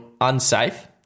unsafe